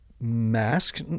mask